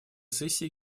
сессии